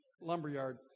lumberyard